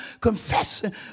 confessing